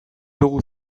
dugu